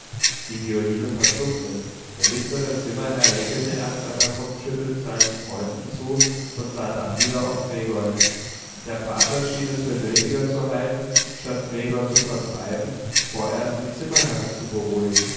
die violine verstummte der mittlere zimmerherr lächelte erst einmal kopfschüttelnd seinen freunden zu und sah dann wieder auf gregor hin der vater schien es für nötiger zu halten statt gregor zu vertreiben vorerst die zimmerherren zu beruhigen